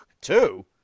Two